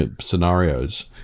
scenarios